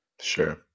Sure